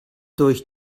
durch